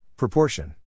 Proportion